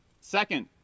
Second